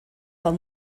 del